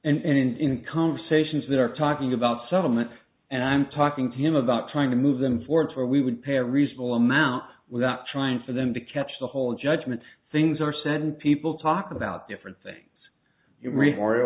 proof and in conversations that are talking about settlement and i'm talking to him about trying to move them swartz where we would pay a reasonable amount without trying for them to catch the whole judgment things or send people to talk about different things